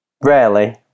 rarely